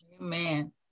Amen